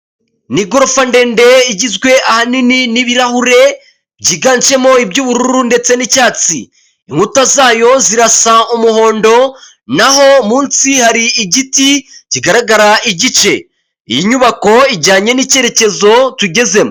Nigorofa ndende igizwe ahanini n'ibirahure byiganjemo iby'ubururu ndetse n'icyatsi inkuto zayo zirasa umuhondo naho munsi hari igiti kigaragara igice iyi nyubako ijyanye n'icyerekezo tugezemo.